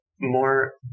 more